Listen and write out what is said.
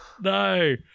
no